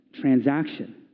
transaction